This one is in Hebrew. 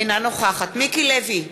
אינה נוכחת מיקי לוי,